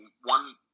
one